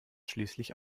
schließlich